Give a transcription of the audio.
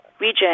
region